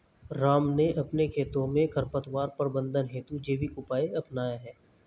राम ने अपने खेतों में खरपतवार प्रबंधन हेतु जैविक उपाय अपनाया है